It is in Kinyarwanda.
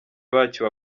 bacyo